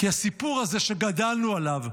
כי הסיפור הזה שגדלנו עליו,